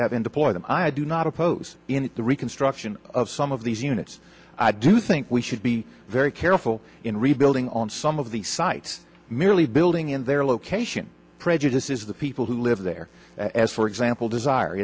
in deployed and i do not oppose in the reconstruction of some of these units i do think we should be very careful in rebuilding on some of the site merely building in their location prejudices the people who live there as for example desire